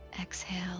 exhale